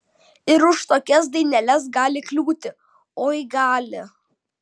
ir už tokias daineles gali kliūti oi gali